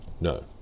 No